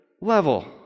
level